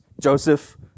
Joseph